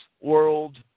world